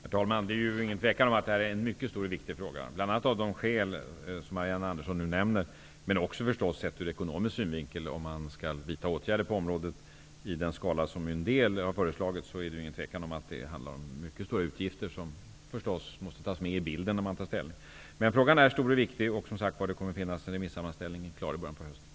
Herr talman! Detta är utan tvivel en mycket stor och viktig fråga. Bl.a. av de skäl som Marianne Andersson nu nämnde men också ur ekonomisk synvinkel -- om man skall vidta åtgärder på området i den skala som en del har föreslagit -- handlar det utan tvekan om mycket stora utgifter, som förstås måste tas med i bilden. Frågan är som sagt stor och viktig. Remissammanställningen kommer att finnas klar till början av hösten.